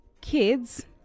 kids